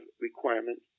requirements